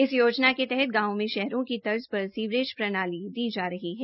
इस योजना के तहत गांवों में शहरों की तर्ज पर सीवरेज प्रणाली दी जा रही है